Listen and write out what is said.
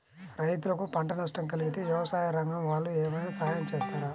రైతులకు పంట నష్టం కలిగితే వ్యవసాయ రంగం వాళ్ళు ఏమైనా సహాయం చేస్తారా?